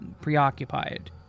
preoccupied